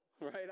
right